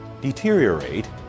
Deteriorate